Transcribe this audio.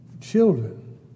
children